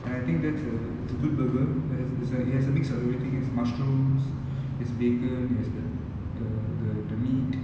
and I think that's like it's a good burger there's there's like it has a mix of everything mushrooms there's bacon there's the the the the meat